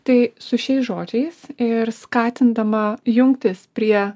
tai su šiais žodžiais ir skatindama jungtis prie